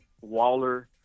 Waller